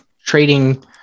trading